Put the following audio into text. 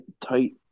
tight